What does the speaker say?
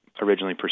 originally